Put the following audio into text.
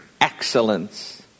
excellence